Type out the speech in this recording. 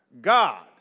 God